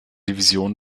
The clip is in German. division